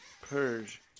purge